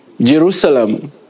Jerusalem